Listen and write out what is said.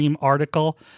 article